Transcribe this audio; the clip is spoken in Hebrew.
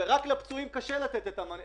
וזה בגלל שאנחנו לא נותנים את המענה הנכון.